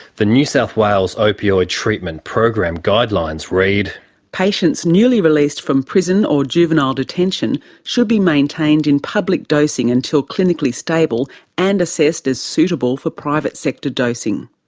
the new south wales opioid treatment program guidelines read patients newly released from prison or juvenile detention should be maintained in public dosing until clinically stable and assessed as suitable for private sector dosing.